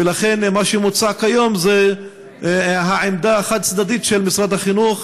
ולכן מה שמוצע כיום זאת העמדה החד-צדדית של משרד החינוך,